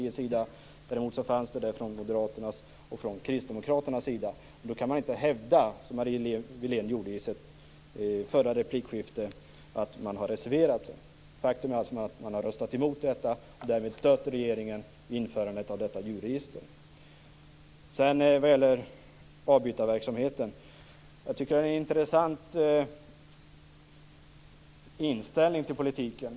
Det fanns däremot en reservation från Moderaternas sida och från Kristdemokraternas sida. Då kan man inte hävda, som Marie Wilén gjorde i sin förra replik, att man har reserverat sig. Faktum är att man har röstat emot reservationen och därmed stött regeringen vad gäller införandet av djurregistret. Vad gäller avbytarverksamheten kan jag säga att jag tycker att Marie Wilén har en intressant inställning till politiken.